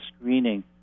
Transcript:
screening